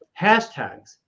hashtags